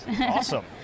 Awesome